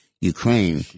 Ukraine